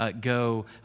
go